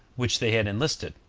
which they had enlisted,